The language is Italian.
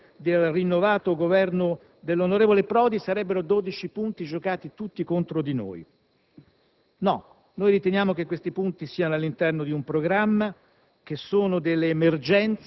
che sono alla base del rinnovato Governo dell'onorevole Prodi sarebbero giocati tutti contro di noi. No. Noi riteniamo che questi punti siano all'interno di un programma,